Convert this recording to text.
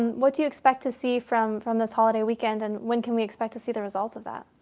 and what do you expect to see from from this holiday weekend, and when can we expect to see the results of that?